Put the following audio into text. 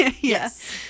yes